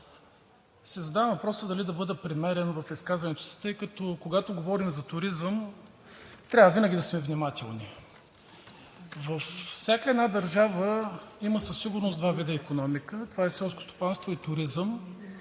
задавам въпроса: дали да бъда премерен в изказването си, тъй като когато говорим за туризъм, трябва винаги да сме внимателни? Във всяка държава със сигурност има два вида икономика и това са селското стопанство и туризмът.